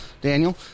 Daniel